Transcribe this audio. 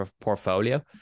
portfolio